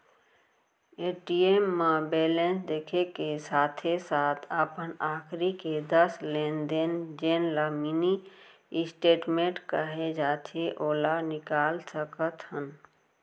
ATM म balance देखे के साथे साथ अपन आखरी के दस लेन देन जेन ल मिनी स्टेटमेंट कहे जाथे ओला निकाल सकत हन